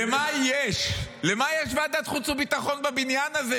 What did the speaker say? למה יש ועדת חוץ וביטחון בבניין הזה,